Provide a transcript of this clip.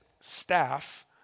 staff